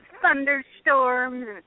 thunderstorms